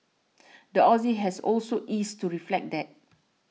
the Aussie has also eased to reflect that